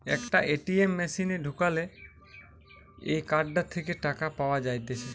একটা এ.টি.এম মেশিনে ঢুকালে এই কার্ডটা থেকে টাকা পাওয়া যাইতেছে